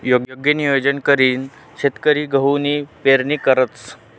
योग्य नियोजन करीसन शेतकरी गहूनी पेरणी करतंस